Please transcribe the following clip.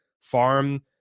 farm